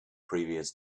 previous